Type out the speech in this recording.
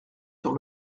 sur